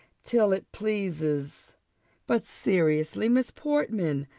till it pleases but seriously, miss portman,